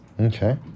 okay